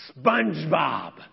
Spongebob